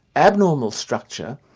abnormal structure,